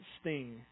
sting